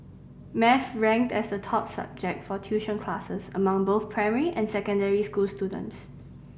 maths ranked as the top subject for tuition classes among both primary and secondary school students